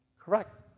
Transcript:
Correct